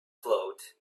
float